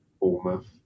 Bournemouth